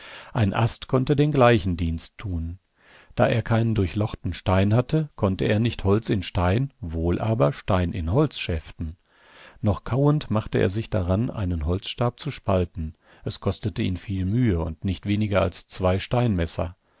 ein ast konnte den gleichen dienst tun da er keinen durchlochten stein hatte konnte er nicht holz in stein wohl aber stein in holz schäften noch kauend machte er sich daran einen holzstab zu spalten es kostete ihn viel mühe und nicht weniger als zwei steinmesser